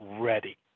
ready